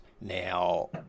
Now